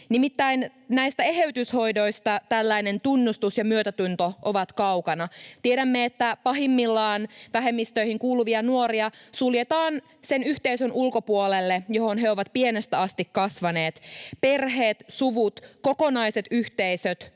Nimittäin näistä eheytyshoidoista tällainen tunnustus ja myötätunto ovat kaukana. Tiedämme, että pahimmillaan vähemmistöihin kuuluvia nuoria suljetaan sen yhteisön ulkopuolelle, johon he ovat pienestä asti kasvaneet. Perheet, suvut, kokonaiset yhteisöt